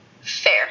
Fair